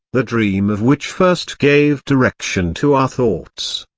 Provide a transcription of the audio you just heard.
the dream of which first gave direction to our thoughts.